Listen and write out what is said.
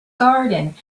garden